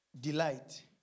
Delight